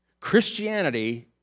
Christianity